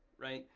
right?